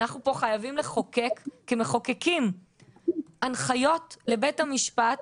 אנחנו פה חייבים לחוקק כמחוקקים הנחיות לבית המשפט,